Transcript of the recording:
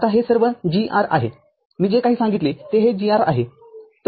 आता हे सर्व g r आहे मी जे काही सांगितले आहे ते हे g r आहे